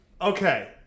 okay